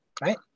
right